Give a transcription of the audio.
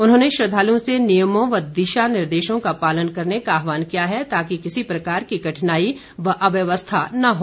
उन्होंने श्रद्धालुओं से नियमों व दिशा निर्देशों का पालन करने का आहवान किया है ताकि किसी प्रकार की कठिनाई व अव्यवस्था न हो